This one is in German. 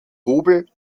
hobel